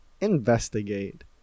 investigate